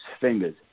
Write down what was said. fingers